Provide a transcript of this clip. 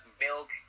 milk